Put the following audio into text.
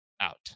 out